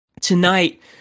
Tonight